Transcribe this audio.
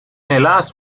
helaas